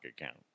account